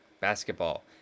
Basketball